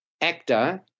actor